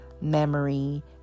memory